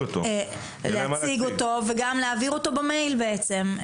אותו וגם להעביר אותו במייל בעצם,